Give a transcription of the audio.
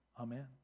Amen